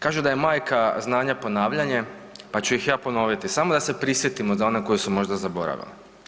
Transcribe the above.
Kaže da je majka znanja ponavljanje, pa ću ih ja ponoviti samo da se prisjetimo za one koji su možda zaboravili.